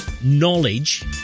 knowledge